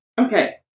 Okay